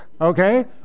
okay